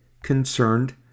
concerned